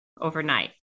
overnight